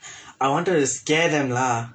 I wanted to scare them lah